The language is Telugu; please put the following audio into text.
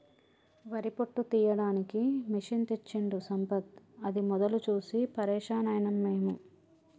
వరి పొట్టు తీయడానికి మెషిన్ తెచ్చిండు సంపత్ అది మొదలు చూసి పరేషాన్ అయినం మేము